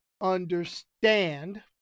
understand